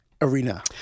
arena